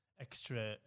extra